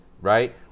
right